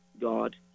God